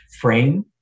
frame